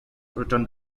written